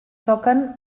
toquen